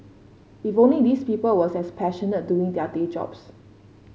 if only these people were as passionate doing their day jobs